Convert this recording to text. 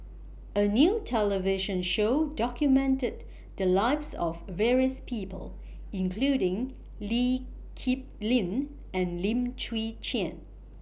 A New television Show documented The Lives of various People including Lee Kip Lin and Lim Chwee Chian